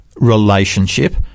relationship